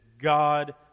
God